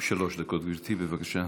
שלוש דקות, גברתי, בבקשה.